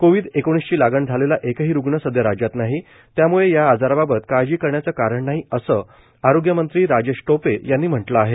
corona विषाणूची लागण झालेला एकही रुग्ण सध्या राज्यात नाही त्यामुळे या आजाराबाबत काळजी करण्याचं कारण नाही असं आरोग्य मंत्री राजेश टोपे यांनी म्हटलं आहे